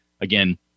Again